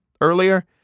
earlier